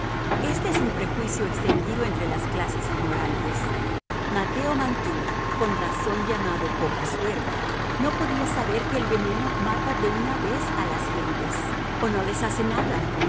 este es un prejuicio extendido entre las clases ignorantes mateo mantoux con razón llamado poca suerte no podía saber que el veneno mata de una vez a las gentes o no les hace nada